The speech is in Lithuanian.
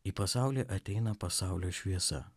į pasaulį ateina pasaulio šviesa